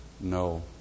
no